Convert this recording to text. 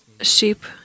sheep